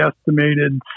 estimated